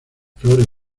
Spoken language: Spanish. flores